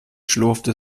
schlurfte